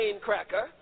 cracker